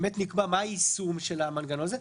נקבע מה היישום של המנגנון הזה.